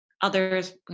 others